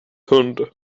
hund